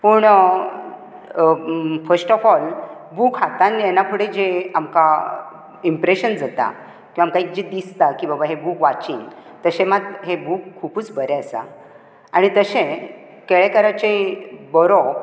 पूण अं first of all book हातांत घेना फुडें जें आमकां इंम्प्रेशन जाता तें आमकां जें दिसता की बाबा हे बूक वाचीन ते मात हें बूक खुबूच बरें आसा आनी तशें केळेकाराचें बरोवप